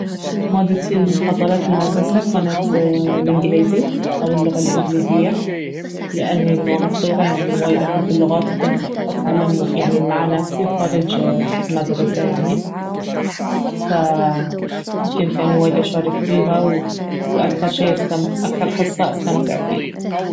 مادتي المفضلة في المدرسة كانت الإنجليزي او اللغة الإنجليزية لاني من وانا صغيرة يعني وايد احب اللغات وكنت اتعلم يعني مع نفسي خارج المدرسة يعني فكنت يعني وايد أشارك فيها واكثر شي- أكثر حصة استمتع فيها